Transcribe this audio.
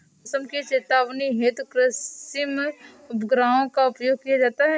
मौसम की चेतावनी हेतु कृत्रिम उपग्रहों का प्रयोग किया जाता है